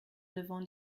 devant